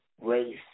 Race